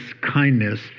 kindness